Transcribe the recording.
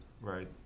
right